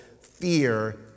fear